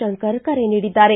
ಶಂಕರ್ ಕರೆ ನೀಡಿದ್ದಾರೆ